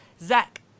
Zach